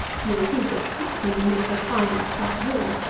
you will see, that fifteen is the finest plat of all.